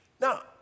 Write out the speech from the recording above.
Now